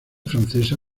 francesa